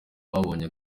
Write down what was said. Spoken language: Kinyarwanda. babonye